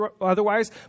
otherwise